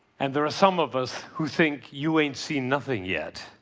and there are some of us who think you ain't seen nothing yet.